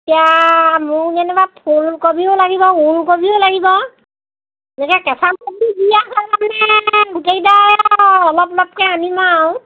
এতিয়া মোৰ যেনিবা ফুলকবিও লাগিব ওলকবিও লাগিব এতিয়া কেঁচা চব্জি যি আছে তাৰমানে গোটেইকেইটাই অলপ অলপকৈ আনিম আৰু